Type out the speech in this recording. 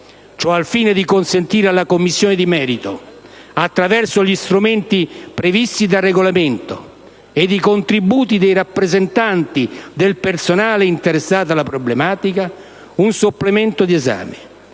Ciò al fine di consentire alla Commissione di merito, attraverso gli strumenti previsti dal Regolamento ed i contributi dei rappresentanti del personale interessato alla questione, un supplemento di esame